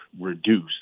reduce